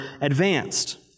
advanced